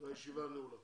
הישיבה נעולה.